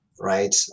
Right